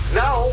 now